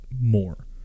more